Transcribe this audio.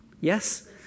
Yes